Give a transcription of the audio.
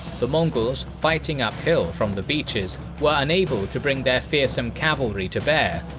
the mongols, fighting uphill from the beaches, were unable to bring their fearsome cavalry to bear,